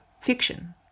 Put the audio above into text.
fiction